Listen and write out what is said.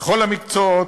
בכל המקצועות,